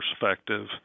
perspective